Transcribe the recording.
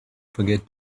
forget